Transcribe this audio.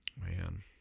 man